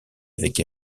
avec